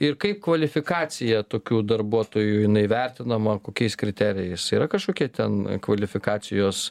ir kaip kvalifikacija tokių darbuotojų jinai vertinama kokiais kriterijais yra kažkokie ten kvalifikacijos